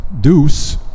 deuce